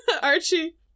Archie